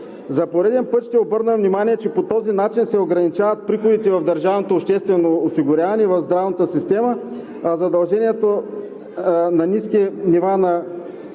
За пореден път ще обърна внимание, че по този начин се ограничават приходите в държавното обществено осигуряване в здравната система, а задържането на ниски нива на